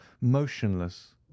motionless